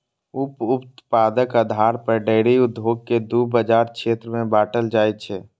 उप उत्पादक आधार पर डेयरी उद्योग कें दू बाजार क्षेत्र मे बांटल जाइ छै